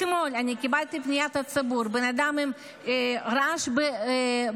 אתמול קיבלתי פניית ציבור: בן אדם עם רעש בראש,